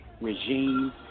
regime